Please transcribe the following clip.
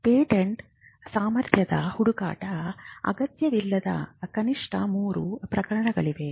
patent ಸಾಮರ್ಥ್ಯದ ಹುಡುಕಾಟದ ಅಗತ್ಯವಿಲ್ಲದ ಕನಿಷ್ಠ ಮೂರು ಪ್ರಕರಣಗಳಿವೆ